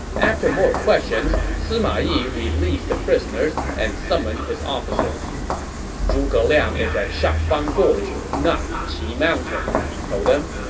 after more questions, sima yi released the prisoners and summoned his officers zhuge liang is at shangfang gorge, not qi mountain, he told them.